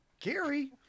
Gary